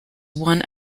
one